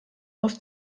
aus